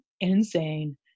insane